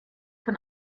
von